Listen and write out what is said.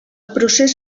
procés